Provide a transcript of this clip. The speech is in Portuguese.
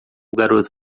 garoto